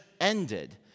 ended